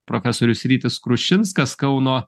profesorius rytis krušinskas kauno